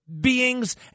beings